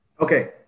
Okay